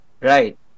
Right